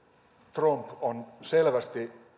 trump on selvästi